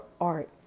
art